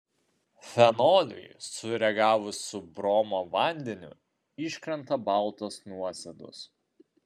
fenoliui sureagavus su bromo vandeniu iškrenta baltos nuosėdos